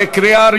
התשע"ד